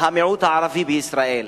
המיעוט הערבי בישראל.